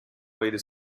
played